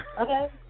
Okay